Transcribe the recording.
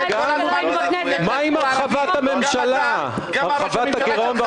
מה עם הרחבת הממשלה והרחבת הגירעון,